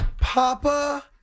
Papa